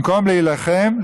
במקום להילחם,